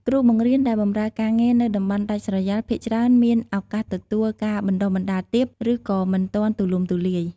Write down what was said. គ្រូបង្រៀនដែលបម្រើការងារនៅតំបន់ដាច់ស្រយាល ភាគច្រើនមានឱកាសទទួលការបណ្តុះបណ្តាលទាប ឬក៏មិនទាន់ទូលំទូលាយ។